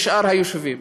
ושאר היישובים,